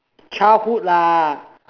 childhood lah